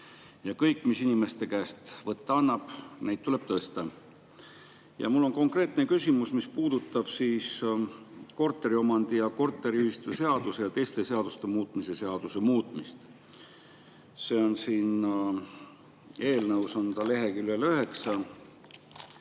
Ja kõike, mida inimeste käest võtta annab, tuleb tõsta. Mul on konkreetne küsimus, mis puudutab korteriomandi- ja korteriühistuseaduse ning teiste seaduste muutmise seaduse muutmist. See on siin eelnõus leheküljel 9,